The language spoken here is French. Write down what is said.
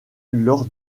lors